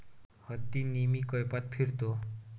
हत्ती नेहमी कळपात फिरतो